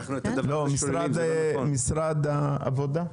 משרד העובדה,